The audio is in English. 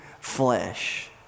flesh